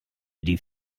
die